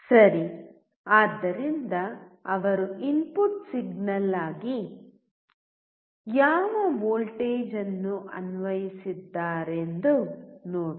ಸರಿ ಆದ್ದರಿಂದ ಅವರು ಇನ್ಪುಟ್ ಸಿಗ್ನಲ್ ಆಗಿ ಯಾವ ವೋಲ್ಟೇಜ್ ಅನ್ನು ಅನ್ವಯಿಸಿದ್ದಾರೆಂದು ನೋಡೋಣ